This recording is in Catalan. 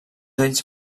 ells